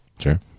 Sure